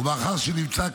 ומאחר שנמצא,